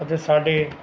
ਅਤੇ ਸਾਡੇ